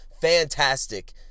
fantastic